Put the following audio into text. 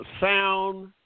Sound